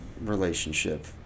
relationship